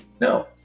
No